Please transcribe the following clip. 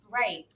Right